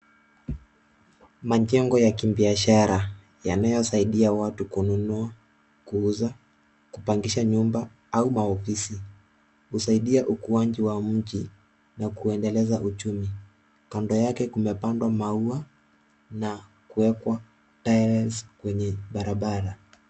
Majengo ya kibiashara yanayosaidia watu kununua, kuuza, kupangisha nyumba au maofisi. Husaidia ukuaji wa mji na kuendeleza uchumi. Kando yake kumepandwa maua na kuwekwa kwenye barabara.